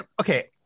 okay